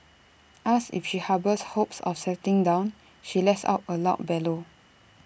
asked if she harbours hopes of settling down she lets out A loud bellow